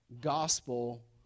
gospel